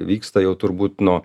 vyksta jau turbūt nuo